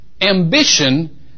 ambition